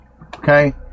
okay